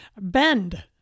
bend